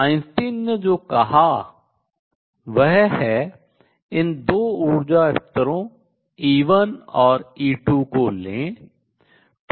Einstein ने जो कहा वह है इन दो ऊर्जा स्तरों E1 और E2 को लें